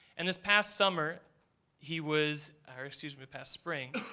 and this past summer he was or, excuse me, past spring,